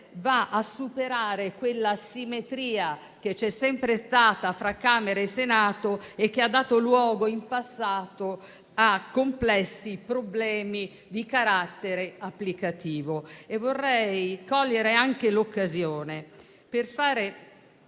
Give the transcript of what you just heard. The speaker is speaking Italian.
superi quell'asimmetria che c'è sempre stata fra Camera e Senato e che ha dato luogo in passato a complessi problemi di carattere applicativo. Vorrei anche cogliere l'occasione per fare